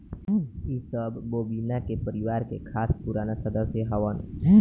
इ सब बोविना के परिवार के खास पुराना सदस्य हवन